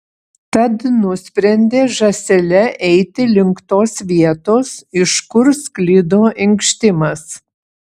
tad nusprendė žąsele eiti link tos vietos iš kur sklido inkštimas